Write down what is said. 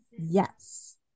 Yes